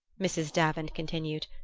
mrs. davant continued,